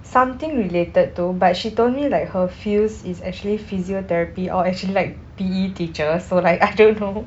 something related to but she told me like her fields is actually physiotherapy or actually like P_E teacher so like I don't know